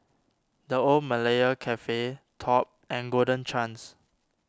the Old Malaya Cafe Top and Golden Chance